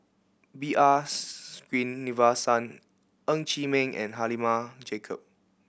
B R Sreenivasan Ng Chee Meng and Halimah Yacob